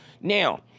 Now